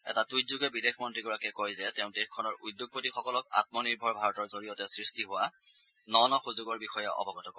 এটা টুইটযোগে বিদেশমন্ত্ৰীগৰাকীয়ে কয় যে তেওঁ দেশখনৰ উদ্যোগপতিসকলক আমনিৰ্ভৰ ভাৰতৰ জৰিয়তে সৃষ্টি হোৱা ন ন সুযোগৰ বিষয়েও অৱগত কৰে